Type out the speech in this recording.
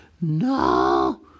No